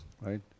right